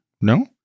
No